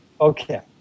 Okay